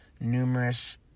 numerous